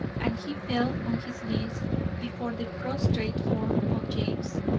and he fell on his knees before the prostrate form of james,